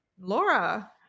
Laura